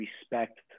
respect